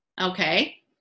Okay